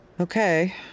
Okay